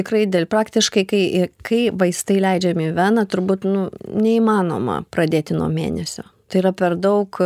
tikrai ideali praktiškai kai kai vaistai leidžiami į veną turbūt nu neįmanoma pradėti nuo mėnesio tai yra per daug